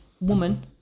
woman